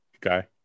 guy